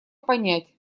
понять